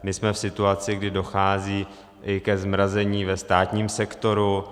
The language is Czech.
My jsme v situaci, kdy dochází ke zmrazení i ve státním sektoru.